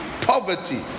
poverty